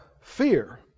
fear